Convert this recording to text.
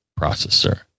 processor